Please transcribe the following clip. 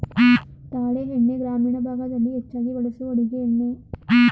ತಾಳೆ ಎಣ್ಣೆ ಗ್ರಾಮೀಣ ಭಾಗದಲ್ಲಿ ಹೆಚ್ಚಾಗಿ ಬಳಸುವ ಅಡುಗೆ ಎಣ್ಣೆ